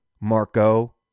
Marco